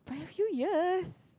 a few years